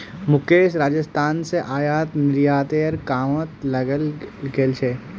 मुकेश राजस्थान स आयात निर्यातेर कामत लगे गेल छ